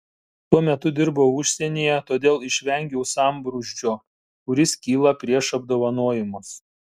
tuo metu dirbau užsienyje todėl išvengiau sambrūzdžio kuris kyla prieš apdovanojimus